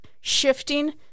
Shifting